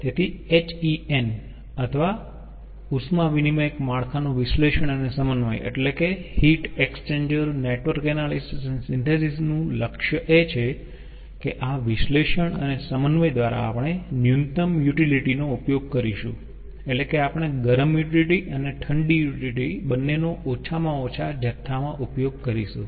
તેથી HEN અથવા ઉષ્મા વિનીમયક માળખાનું વિશ્લેષણ અને સમન્વય heat exchanger network analysis synthesis નું લક્ષ્ય એ છે કે આ વિશ્લેષણ અને સમન્વય દ્વારા આપણે ન્યૂનતમ યુટીલીટી નો ઉપયોગ કરીશું એટલે કે આપણે ગરમ યુટીલીટી અને ઠંડી યુટીલીટી બંને નો ઓછામાં ઓછા જથ્થામાં ઉપયોગ કરીશું